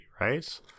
right